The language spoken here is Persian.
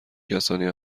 کسانی